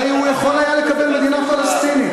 הרי הוא יכול היה לקבל מדינה פלסטינית.